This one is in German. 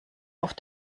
auf